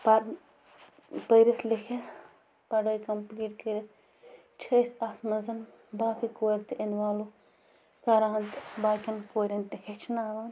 پٔرِتھ لیٚکِتھ پَڑٲے کمپٕلیٖٹ کٔرِتھ چھِ أسۍ اَتھ منٛز باقٕے کورِ تہِ اِنوالٕو کران تہِ باقیَن کورٮ۪ن تہِ ہیٚچھناوان